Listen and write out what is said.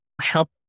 help